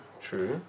True